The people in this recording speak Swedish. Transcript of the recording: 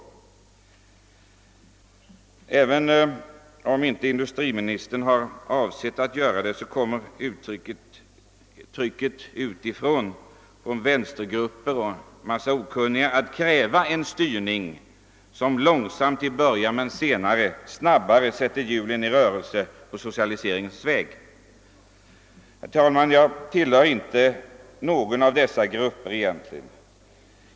Även om industriminstern inte avsett det, så kommer trycket utifrån, från vänstergrupper och en mängd okunniga, att kräva en styrning som i början långsamt men senare snabbare sätter hjulen i rörelse på socialiseringens väg. Herr talman! Jag tillhör egentligen inte någon av dessa grupper.